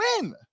win